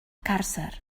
càrcer